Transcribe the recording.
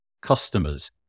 customers